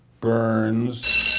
Burns